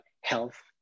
health